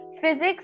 Physics